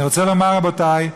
אני רוצה לומר, רבותי,